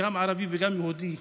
גם ערבי וגם יהודי,